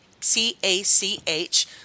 C-A-C-H